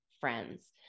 friends